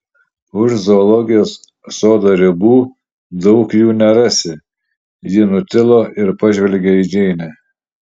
už zoologijos sodo ribų daug jų nerasi ji nutilo ir pažvelgė į džeinę